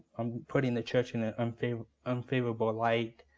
i'm putting the church in an um unfavorable light,